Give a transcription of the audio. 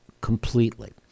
completely